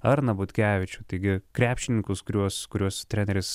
arną butkevičių taigi krepšininkus kuriuos kurios treneris